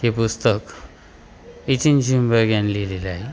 हे पुस्तक इचीन झिमबर्ग यांनी लिहिलेलं आहे